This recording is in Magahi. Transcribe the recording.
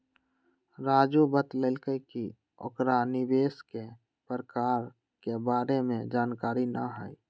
राजू बतलकई कि ओकरा निवेश के प्रकार के बारे में जानकारी न हई